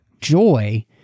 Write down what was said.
Joy